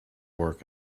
work